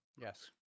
Yes